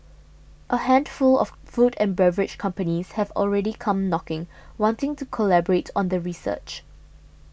a handful of food and beverage companies have already come knocking wanting to collaborate on the research